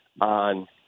on